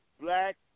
black